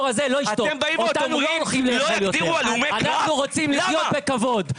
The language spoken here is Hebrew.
אנחנו רוצים לחיות בכבוד.